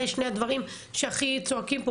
זה שני הדברים שהכי צועקים פה,